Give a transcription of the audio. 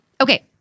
Okay